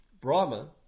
Brahma